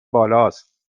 بالاست